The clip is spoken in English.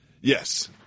Yes